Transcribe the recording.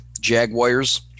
Jaguars